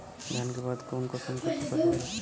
धान के बाद कऊन कसमक फसल होई?